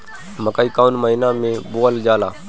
मकई कौन महीना मे बोअल जाला?